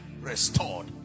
restored